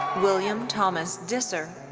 william thomas disser.